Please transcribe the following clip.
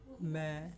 ਮੈਂ